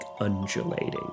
undulating